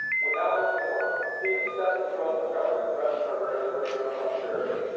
without reform the excessive growth of government threatens our very liberty and our prosperity